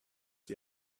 die